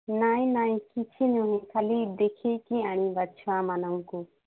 ନାଇଁ ନାଇଁ କିଛି ନୁହଁ ଖାଲି ଦେଖିଇକି ଆଣିବା ଛୁଆମାନଙ୍କୁ